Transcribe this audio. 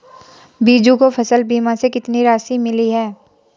बीजू को फसल बीमा से कितनी राशि मिली है?